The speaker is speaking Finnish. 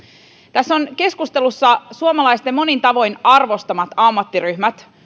tässä on keskustelussa suomalaisten monin tavoin arvostamat ammattiryhmät